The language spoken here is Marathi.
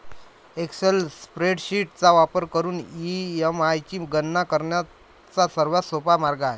एक्सेल स्प्रेडशीट चा वापर करून ई.एम.आय ची गणना करण्याचा सर्वात सोपा मार्ग आहे